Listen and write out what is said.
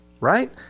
right